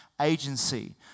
agency